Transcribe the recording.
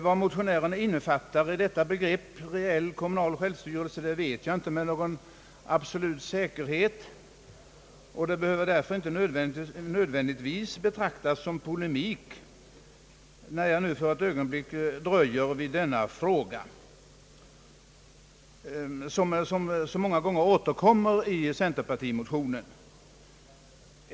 Vad motionärerna innefattar i begreppet reell kommunal självstyrelse vet jag inte med absolut säkerhet, och det behöver därför inte nödvändigtvis betraktas som polemik när jag ett ögonblick dröjer vid denna fråga som så många gånger återkommer i centerpartimotionerna.